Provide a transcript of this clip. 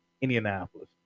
Indianapolis